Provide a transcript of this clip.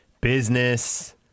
business